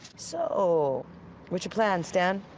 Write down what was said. so what's your plan stan.